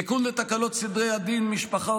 תיקון לתקנות סדרי דין משפחה,